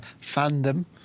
fandom